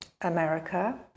America